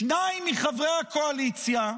שניים מחברי הקואליציה,